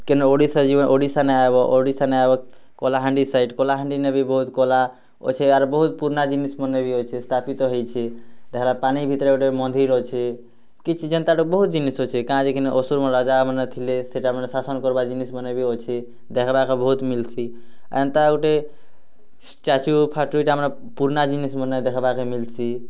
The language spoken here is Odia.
କେନ୍ ଓଡ଼ିଶା ଯିବା ଓଡ଼ିଶା ନେଇଁ ଆଇବ ଓଡ଼ିଶା ନେଇଁ ଆଇବ କଳାହାଣ୍ଡି ସାଇଟ୍ କଳାହାଣ୍ଡି ନେବି ବହୁତ କଲା ଅଛି ଆର ବହୁତ୍ ପୁରୁଣା ଜିନିଷ୍ମାନେ ବି ଅଛି ସ୍ଥାପିତ ହେଇଛି ଦେଖେଁଲା ପାଣି ଭିତରେ ଗୋଟେ ମନ୍ଦିର୍ ଅଛି କିଛି ଯେନ୍ତା ବହୁତ୍ ଜିନିଷ୍ ଅଛି କାଏଁଯେ ବହୁତ ଅସୁର ମାଲ ଜାମାନେ ଥିଲେ ସେଟାମାନେ ଶାସନ କରିବାର ଜିନିଷ୍ମାନ ବି ଅଛି ଦେଖ୍ବାକେ ବହୁତ ମିଲ୍ସି ଏନ୍ତା ଗୋଟେ ଷ୍ଟାଚ୍ୟୁଫାଚୁ ଯେଉଁ ଆମର୍ ପୁରୁଣା ଜିନିଷ୍ମାନେ ଦେଖ୍ବାର୍ ମିଳିଛି